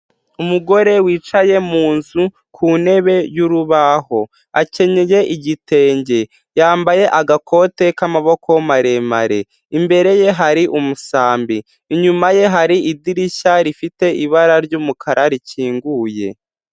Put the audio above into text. Umugore wicaye mu nzu ku ntebe y'urubaho, akenyeye igitenge, yambaye agakote k'amaboko maremare, imbere ye hari umusambi, inyuma ye hari idirishya rifite ibara ry'umukara rikinguye.